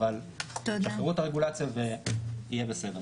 אבל תשחררו את הרגולציה ויהיה בסדר.